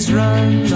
run